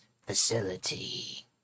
facility